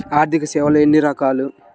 ఆర్థిక సేవలు ఎన్ని రకాలు?